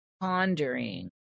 pondering